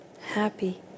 happy